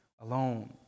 alone